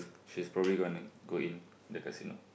she's probably gonna go in the casino